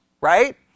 right